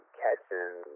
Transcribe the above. catching